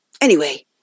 Anyway